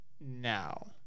now